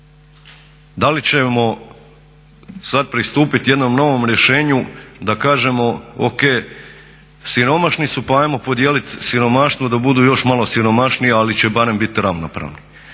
Da li ćemo sad pristupiti jednom novom rješenju da kažemo o.k. siromašni su pa hajmo podijeliti siromaštvu da budu još malo siromašniji, ali će barem bit ravnopravni.